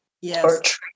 Yes